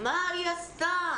מה היא עשתה?